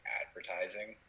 advertising